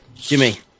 Jimmy